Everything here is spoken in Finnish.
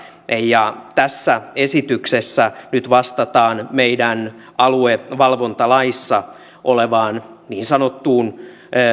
tässä esityksessä nyt vastataan meidän aluevalvontalaissamme olevaan niin sanottuun